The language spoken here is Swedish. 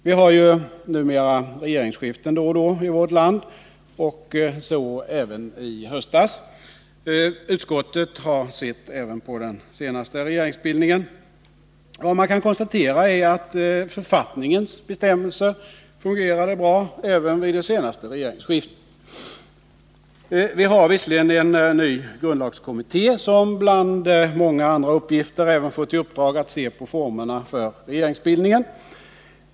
Vi har ju numera regeringsskiften då och då i vårt land, så även i höstas. Utskottet har sett även på den senaste regeringsbildningen. Vad man kan konstatera är att författningens bestämmelser fungerade bra även vid det senaste regeringsskiftet. Vi har visserligen en ny grundlagskommitté, som bland många andra uppgifter även har fått i uppdrag att se på formerna för regeringsbildningen.